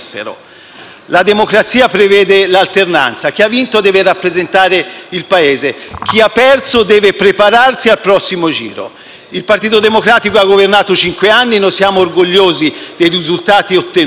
La democrazia prevede l'alternanza: chi ha vinto deve rappresentare il Paese; chi ha perso deve prepararsi al prossimo giro. Il Partito Democratico ha governato cinque anni e noi siamo orgogliosi dei risultati ottenuti.